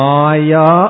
Maya